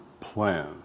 plan